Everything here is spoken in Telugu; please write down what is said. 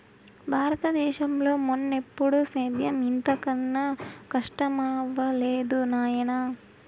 బారత దేశంలో మున్నెప్పుడూ సేద్యం ఇంత కనా కస్టమవ్వలేదు నాయనా